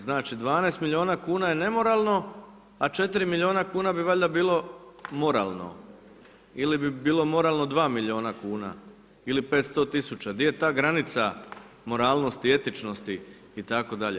Znači 12 milijuna kuna je nemoralno a 4 milijuna kuna bi valjda bilo moralno ili bi bilo moralno 2 milijuna kuna ili 500 000, di je ta granica moralnosti i etičnosti itd.